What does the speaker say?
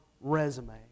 resume